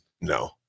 No